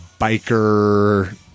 biker